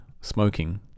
smoking